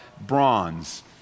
bronze